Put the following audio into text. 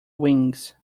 wings